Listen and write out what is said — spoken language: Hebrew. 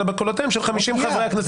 אלא בקולותיהם של 50 חברי הכנסת.